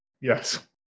Yes